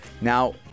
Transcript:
Now